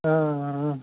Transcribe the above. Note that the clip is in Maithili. हाँऽ